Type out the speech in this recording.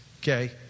Okay